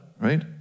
right